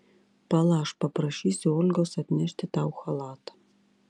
pala aš paprašysiu olgos atnešti tau chalatą